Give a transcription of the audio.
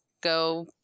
go